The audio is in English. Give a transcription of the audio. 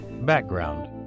Background